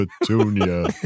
petunia